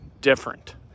different